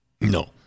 No